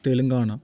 Telangana